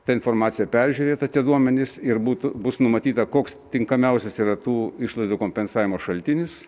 ta informacija peržiūrėta tie duomenys ir būtų bus numatyta koks tinkamiausias yra tų išlaidų kompensavimo šaltinis